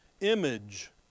image